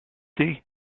see